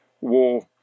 War